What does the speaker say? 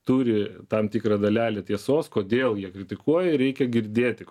turi tam tikrą dalelę tiesos kodėl jie kritikuoja ir reikia girdėti ko